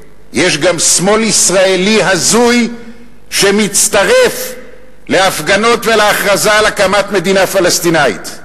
יש גם שמאל ישראלי הזוי שמצטרף להפגנות ולהכרזה על הקמת מדינה פלסטינית.